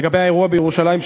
לגבי האירוע בירושלים,